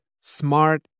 smart